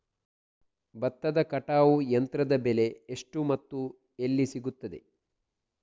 ಭತ್ತದ ಕಟಾವು ಯಂತ್ರದ ಬೆಲೆ ಎಷ್ಟು ಮತ್ತು ಎಲ್ಲಿ ಸಿಗುತ್ತದೆ?